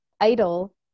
idle